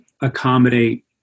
accommodate